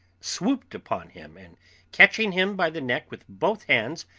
swooped upon him, and catching him by the neck with both hands,